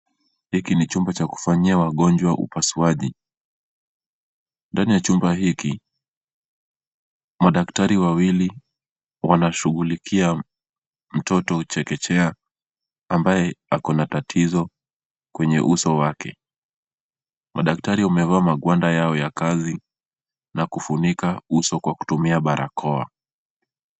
Hiki ni chumba cha kufanyia wagonjwa upasuaji. Ndani ya chumba hiki madaktari wawili wanashughulikia mtoto chekechea ambaye ako na tatizo kwenye uso wake. Madaktari wamevaa magwanda yao ya kazi na kufunika uso kwa kutumia barakoa.